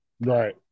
Right